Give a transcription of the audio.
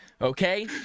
okay